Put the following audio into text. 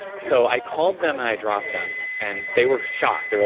so, i called them and i dropped them and they were shocked. they were